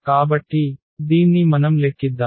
కాబట్టి దీన్ని మనం లెక్కిద్దాం